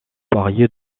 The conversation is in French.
poirier